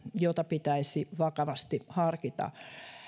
jota pitäisi vakavasti harkita